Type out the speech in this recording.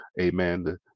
amen